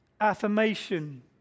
affirmation